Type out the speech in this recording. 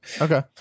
Okay